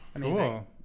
Cool